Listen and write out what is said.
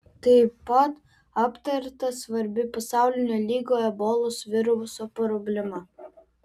tai pat aptarta svarbi pasaulinio lygio ebolos viruso problema